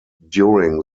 during